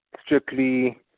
strictly